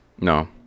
no